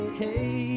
hey